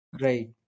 Right